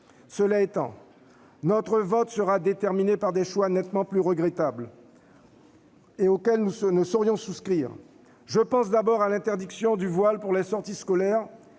Cela étant, notre vote sera déterminé par des choix nettement plus regrettables, auxquels nous ne saurions souscrire. Je pense d'abord à l'interdiction du voile pour les sorties scolaires,